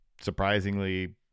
surprisingly